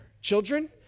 children